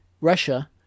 Russia